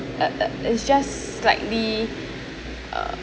uh is just slightly uh